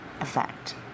effect